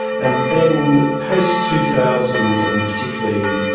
and then post two thousand and particularly,